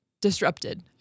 disrupted